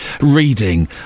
reading